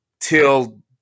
till